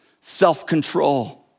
self-control